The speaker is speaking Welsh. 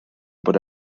bod